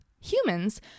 Humans